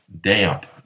damp